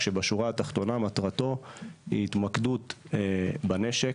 בשורה התחתונה מטרתו היא התמקדות בנשק,